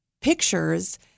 pictures